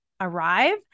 arrive